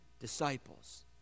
disciples